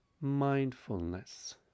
Mindfulness